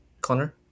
Connor